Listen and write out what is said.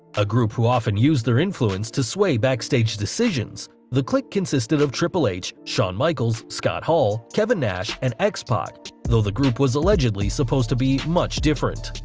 a group who often used their influence to sway backstage decisions, the kliq consisted of triple h, shawn michaels, scott hall, kevin nash and x-pac, though the group was allegedly supposed to be much different.